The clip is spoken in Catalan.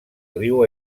riu